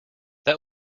that